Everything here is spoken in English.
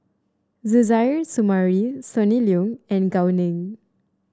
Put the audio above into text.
Suzairhe Sumari Sonny Liew and Gao Ning